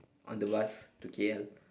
on the bus to K_L